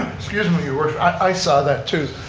excuse me, your worship, i saw that too